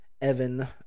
Evan